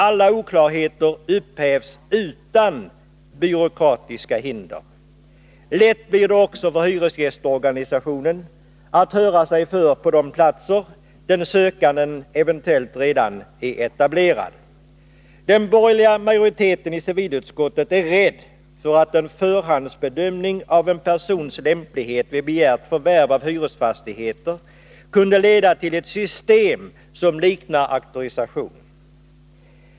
Alla oklarheter upphävs utan byråkratiska hinder. Lätt blir det också för hyresgästorganisationen att höra sig för på de platser där den sökande redan är etablerad. Den borgerliga majoriteten i civilutskottet är rädd för att en förhandsbedömning av en persons lämplighet vid begärt förvärv av hyresfastigheter kan leda till ett system som liknar auktorisation.